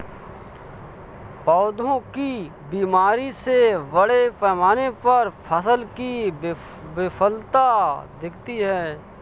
पौधों की बीमारी से बड़े पैमाने पर फसल की विफलता दिखती है